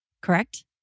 correct